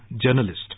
journalist